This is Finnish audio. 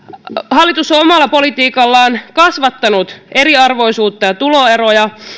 hallitus on omalla politiikallaan kasvattanut eriarvoisuutta ja tuloeroja